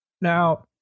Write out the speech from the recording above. Now